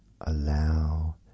allow